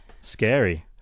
scary